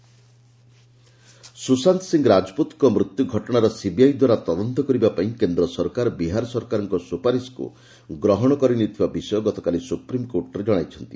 Sushant Rajput death case Sushant Singh ରାଜପୁତଙ୍କ ମୃତ୍ୟୁ ଘଟଣାର ସିବିଆଇ ଦ୍ୱାରା ତଦନ୍ତ କରିବା ପାଇଁ କେନ୍ଦ୍ର ସରକାର ବିହାର ସରକାରଙ୍କ ସୁପାରିସ୍କୁ ଗ୍ରହଣ କରିନେଇଥିବା ବିଷୟ ଗତକାଲି ସୁପ୍ରିମକୋର୍ଟରେ ଜଣାଇଛନ୍ତି